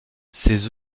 ses